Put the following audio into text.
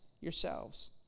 yourselves